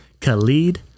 Khalid